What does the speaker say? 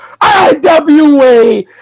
IWA